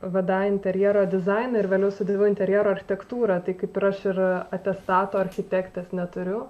vda interjero dizainą ir vėliau studijavau interjero architektūrą tai kaip ir aš ir atestato architektės neturiu